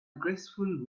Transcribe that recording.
graceful